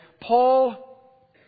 Paul